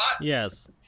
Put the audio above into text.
Yes